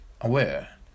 aware